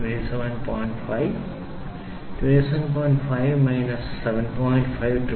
000 Build Slip Gauge for 46